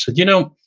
so you know,